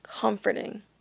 comforting